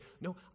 no